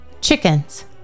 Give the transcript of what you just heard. Chickens